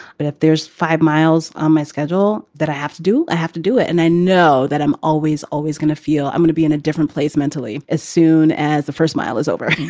but if there's five miles on my schedule that i have to do, i have to do it. and i know that i'm always, always going to feel i'm going to be in a different place mentally as soon as the first mile is over